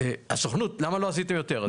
"הסוכנות, למה לא עשיתם יותר"?